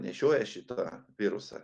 nešioja šitą virusą